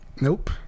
Nope